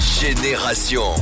Génération